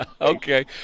Okay